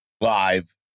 live